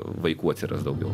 vaikų atsiras daugiau